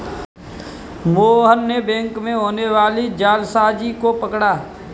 मोहन ने बैंक में होने वाली जालसाजी को पकड़ा